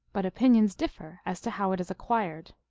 but opinions differ as to how it is acquired.